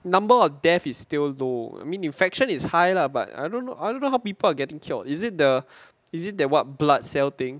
number of death is still low I mean infection is high lah but I don't know I don't know how people are getting cured is it the is it that what blood cell thing